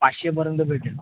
पाचशेपर्यंत भेटेल